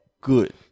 good